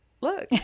Look